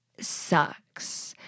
sucks